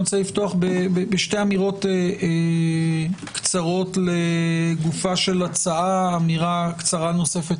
אני רוצה לפתוח בשתי אמירות קצרות לגופה של אמירה נוספת